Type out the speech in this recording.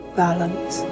balance